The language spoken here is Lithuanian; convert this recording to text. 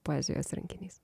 poezijos rinkinys